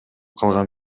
калган